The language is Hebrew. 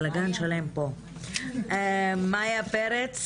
את רשות הדיבור למאיה פרץ,